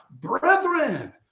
brethren